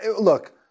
look